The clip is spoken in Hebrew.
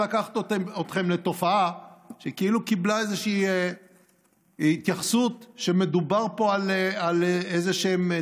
אחרים, שיש להם אצבעות להרים אבל אינם מעורים